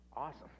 awesome